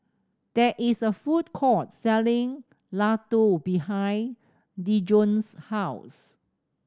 there is a food court selling Ladoo behind Dejon's house